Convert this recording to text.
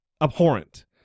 abhorrent